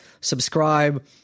subscribe